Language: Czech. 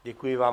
Děkuji vám.